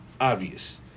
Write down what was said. obvious